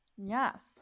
Yes